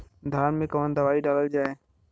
धान मे कवन दवाई डालल जाए?